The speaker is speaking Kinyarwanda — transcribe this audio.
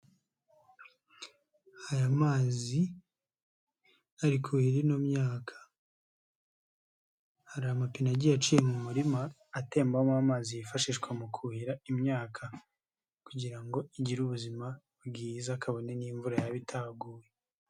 Aya mazi ari kuhira ino myaka hari amapine agiye mu murima atembamo amazi yifashishwa mu kuhira imyaka, kugira ngo igire ubuzima bwiza kabone n'iyo imvura yaba itaguye.